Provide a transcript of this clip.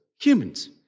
humans